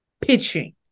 pitching